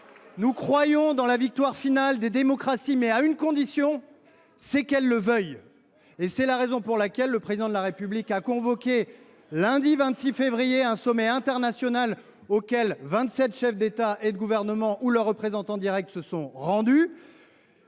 nous croyons à la victoire finale des démocraties, mais à une condition, c’est qu’elles le veuillent. C’est la raison pour laquelle le Président de la République a convoqué, lundi 26 février, un sommet international auquel vingt sept chefs d’État et de gouvernement, ou leurs représentants directs, se sont rendus